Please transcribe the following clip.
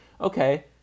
Okay